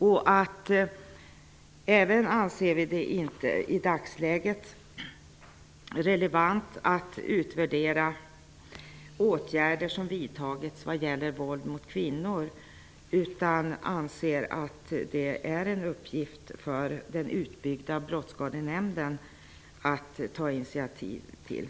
I dagsläget anser vi det inte heller relevant att utvärdera åtgärder som vidtagits vad gäller våld mot kvinnor utan anser att det är en uppgift för den utbyggda brottsskadenämnden att ta inititativ till.